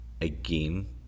again